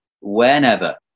whenever